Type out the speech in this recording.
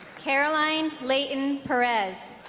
caroline leighton perez